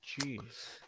jeez